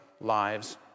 lives